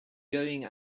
going